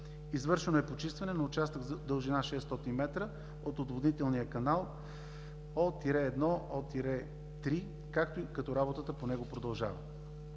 Извършваме почистване на участък с дължина 600 м от отводнителния канал О-1, О-3, като работата по него продължава.